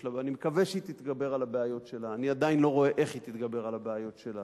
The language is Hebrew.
אני מקווה שהיא תתגבר על הבעיות שלה.